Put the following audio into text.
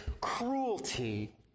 cruelty